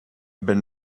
been